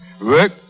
Work